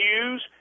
use